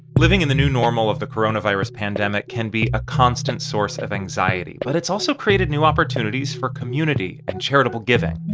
living in the new normal of the coronavirus pandemic can be a constant source of anxiety, but it's also created new opportunities for community and charitable giving.